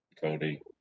Cody